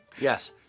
Yes